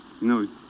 No